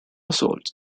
assault